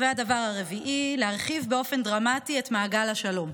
הדבר הרביעי, להרחיב באופן דרמטי את מעגל השלום.